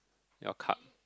your cup